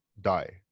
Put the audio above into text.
die